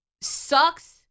sucks